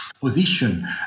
position